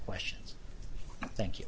questions thank you